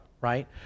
right